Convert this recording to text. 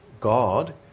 God